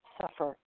suffer